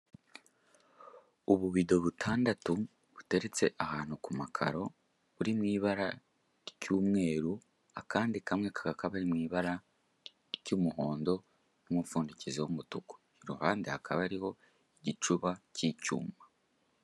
Ububido butandatu buteretse ahantu kumakaro buri mu ibara ry'umweru, akandi kamwe kakaba kari mu ibara ry'umuhondo n'umufundikizo w'umutuku, iruhande hakaba hari igicuba cy'icyuma.